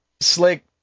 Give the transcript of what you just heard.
slick